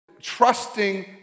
trusting